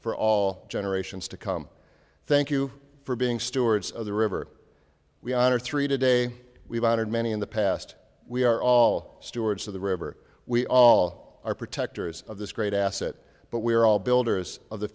for all generations to come thank you for being stewards of the river we honor three today we've honored many in the past we are all stewards of the river we all are protectors of this great asset but we are all builders of the